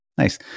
Nice